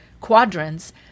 quadrants